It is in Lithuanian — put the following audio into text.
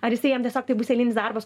ar jisai jam tiesiog tai bus eilinis darbas